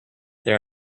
there